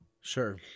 Sure